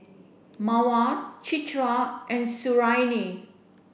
Mawar Citra and Suriani